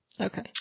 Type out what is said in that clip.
Okay